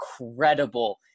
incredible